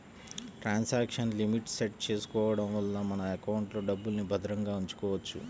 transaction limit set చేసుకోడం వల్ల మన ఎకౌంట్లో డబ్బుల్ని భద్రంగా ఉంచుకోవచ్చు